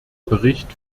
bericht